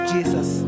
Jesus